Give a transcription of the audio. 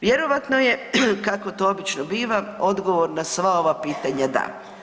Vjerojatno je, kako to obično biva, odgovor na sva ova pitanja da.